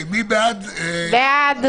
מי בעד הרביזיה?